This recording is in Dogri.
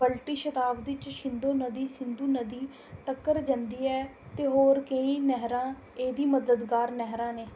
बल्टी शब्दावली च शिंगो नदी सिंधु नदी तक्कर जंदी ऐ ते होर केईंं नैह्रां एह्दी मददगार नैह्रां न